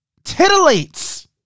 titillates